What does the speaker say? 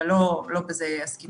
אבל, לא בזה עסקינן.